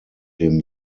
dem